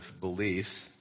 beliefs